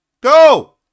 go